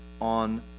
on